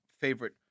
favorite